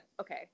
Okay